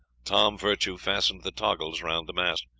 tom virtue fastened the toggles round the mast.